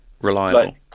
Reliable